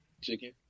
Chicken